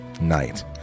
night